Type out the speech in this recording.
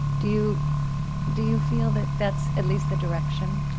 do you do you feel that that's at least the direction?